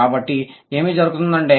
కాబట్టి ఏమి జరుగుతుంది అంటే